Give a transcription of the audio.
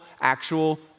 actual